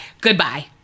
goodbye